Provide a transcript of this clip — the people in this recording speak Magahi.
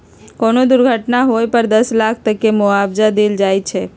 कोनो दुर्घटना होए पर दस लाख तक के मुआवजा देल जाई छई